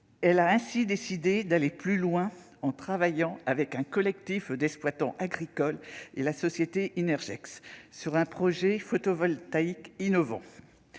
Elle a ainsi décidé d'aller plus loin, en travaillant avec un collectif d'exploitants agricoles et la société Innergex, sur un projet photovoltaïque innovant.